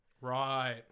Right